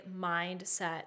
mindset